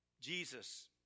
Jesus